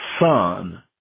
son